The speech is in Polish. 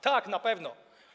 Tak, na pewno.